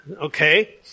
Okay